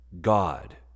God